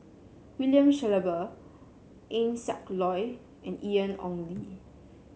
William Shellabear Eng Siak Loy and Ian Ong Li